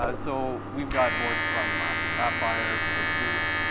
ah so we've got boards from ah from sapphire, from asus,